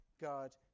God